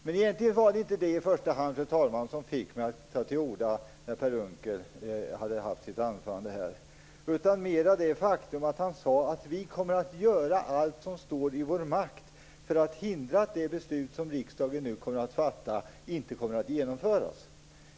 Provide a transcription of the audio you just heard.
Men, fru talman, det var egentligen inte detta som fick mig att ta till orda efter Per Unckels anförande utan mer det faktum att han sade: Vi kommer att göra allt som står i vår makt för att hindra att det beslut som riksdagen nu kommer att fatta inte kommer att genomföras.